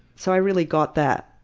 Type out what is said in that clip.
so i really got that.